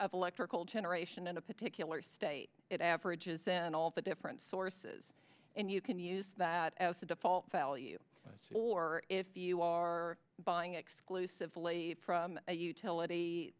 of electrical generation in a particular state it averages and all the different sources and you can use that as the default value or if you are buying exclusively from a utility